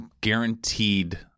guaranteed